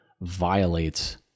violates